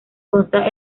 consta